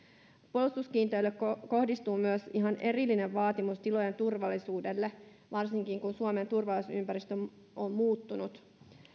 puolustuskiinteistöille kohdistuu myös ihan erillinen vaatimus tilojen turvallisuudelle varsinkin kun suomen turvallisuusympäristö on muuttunut